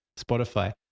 Spotify